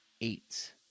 eight